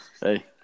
Hey